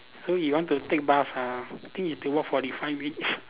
so you want to take bus ah I think you have to walk forty five minutes